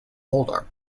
holder